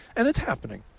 and it's happening,